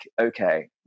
okay